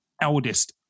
eldest